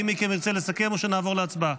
מי מכם ירצה לסכם או שנעבור להצבעה?